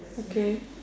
okay